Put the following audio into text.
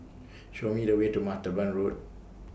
Show Me The Way to Martaban Road